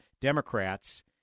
Democrats